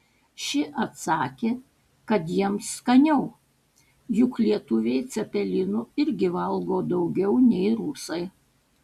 ši atsakė kad jiems skaniau juk lietuviai cepelinų irgi valgo daugiau nei rusai